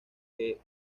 que